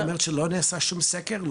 זאת אומרת, לא נעשה שום סקר?